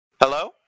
Hello